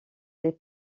les